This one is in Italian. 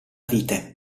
vite